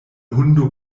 hundo